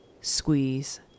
squeeze